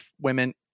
women